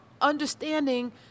understanding